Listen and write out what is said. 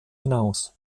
hinaus